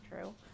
true